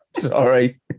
sorry